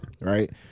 Right